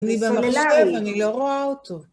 אני במחשב, אני לא רואה אותו.